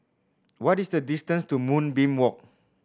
what is the distance to Moonbeam Walk